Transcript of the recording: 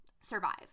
survive